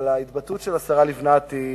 אבל ההתבטאות של השרה לבנת היא